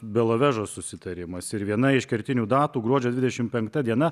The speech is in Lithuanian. belovežo susitarimas ir viena iš kertinių datų gruodžio dvidešim penkta diena